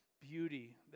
beauty